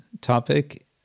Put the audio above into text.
topic